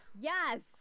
Yes